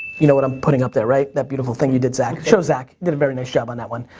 you know what i'm putting up there, right? that beautiful thing you did, zak. show zak. you did a very nice job on that one.